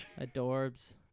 Adorbs